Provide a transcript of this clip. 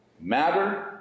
Matter